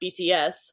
bts